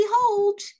behold